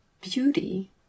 beauty